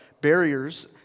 barriers